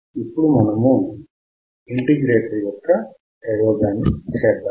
ఇప్పుడు మనం ఇంటిగ్రేటర్ యొక్క ప్రయోగాన్ని చేద్దాము